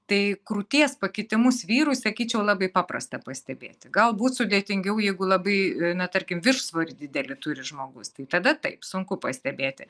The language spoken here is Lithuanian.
tai krūties pakitimus vyrui sakyčiau labai paprasta pastebėti galbūt sudėtingiau jeigu labai na tarkim viršsvorį didelį turi žmogus tai tada taip sunku pastebėti